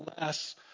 less